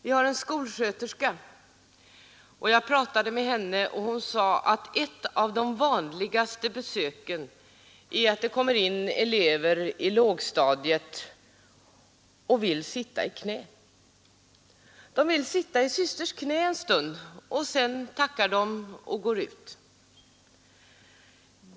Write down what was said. Vi har en skolsköterska. Jag talade med henne och hon sade att ett av de vanligaste besöken utgörs av elever i lågstadiet, vilka kommer in till henne och vill sitta i knät. De vill sitta i systers knä en stund, sedan tackar de och går ut.